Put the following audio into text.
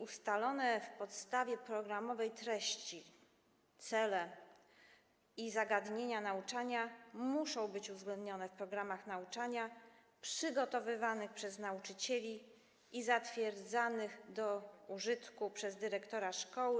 Ustalone w podstawie programowej treści, cele i zagadnienia nauczania muszą być uwzględnione w programach nauczania przygotowywanych przez nauczycieli i zatwierdzanych do użytku przez dyrektorów szkół.